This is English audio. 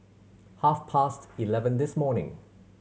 half past eleven this morning